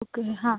okay हां